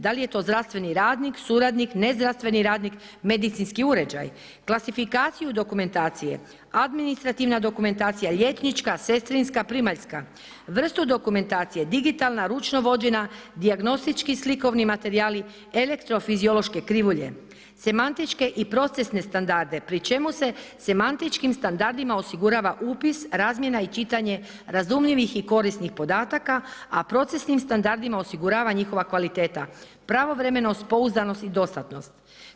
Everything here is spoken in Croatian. Da li je to zdravstveni radnik, suradnik ne zdravstveni radnik, medicinski uređaj, klasifikaciju dokumentacije, administrativna dokumentacija, liječnička, sestrinska primaljska, vrstu dokumentacije, digitalna, ručno vođenja, dijagnostički slikovni materijali, elektor fiziološke krivulje, shematične i procesne standarde, pri čemu se semantičkim standardima osigurava upis, razmjena i čitanje razumljivih i korisnih podataka, a procesnim standardima osigurava njihova kvaliteta, pravovremenost, pouzdanost i dostatnost.